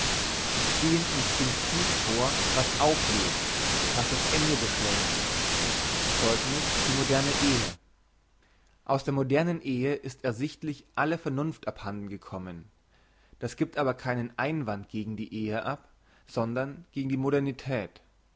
sie ziehn instinktiv vor was auflöst was das ende beschleunigt zeugniss die moderne ehe aus der modernen ehe ist ersichtlich alle vernunft abhanden gekommen das giebt aber keinen einwand gegen die ehe ab sondern gegen die modernität